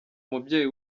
umubyeyi